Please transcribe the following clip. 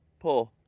pull.